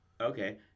Okay